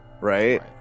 right